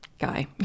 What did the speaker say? guy